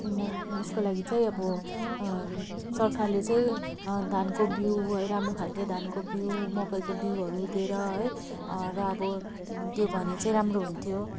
यसको लागि चाहिँ अब सरकारले चाहिँ धानको बिउ राम्रो खालको धानको बिउ मकैको बिउहरू दिएर है र अब दियो भने चाहिँ राम्रो हुन्थ्यो